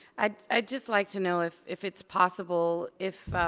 i'd i'd just like to know if if it's possible if,